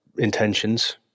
intentions